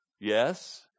yes